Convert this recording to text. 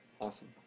Awesome